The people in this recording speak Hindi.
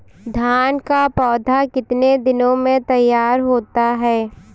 धान का पौधा कितने दिनों में तैयार होता है?